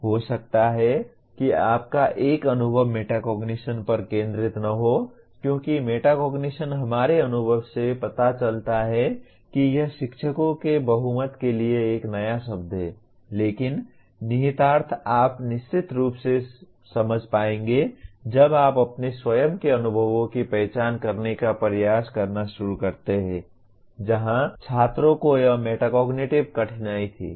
हो सकता है कि आपका एक अनुभव मेटाकॉग्निशन पर केंद्रित न हो क्योंकि मेटाकॉग्निशन हमारे अनुभव से पता चलता है कि यह शिक्षकों के बहुमत के लिए एक नया शब्द है लेकिन निहितार्थ आप निश्चित रूप से समझ पाएंगे जब आप अपने स्वयं के अनुभवों की पहचान करने का प्रयास करना शुरू करते हैं जहाँ छात्रों को यह मेटाकोग्निटिव कठिनाइयाँ थीं